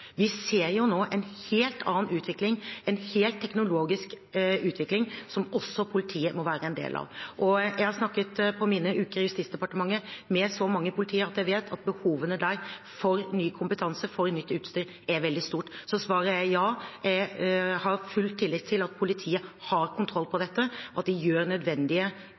Vi ser jo nå en helt annen utvikling, en teknologisk utvikling som også politiet må være en del av. Jeg har i mine uker i Justisdepartementet snakket med så mange i politiet at jeg vet at behovene der for ny kompetanse og for nytt utstyr er veldig stort. Så svaret er ja, jeg har full tillit til at politiet har kontroll på dette, at de gjør nødvendige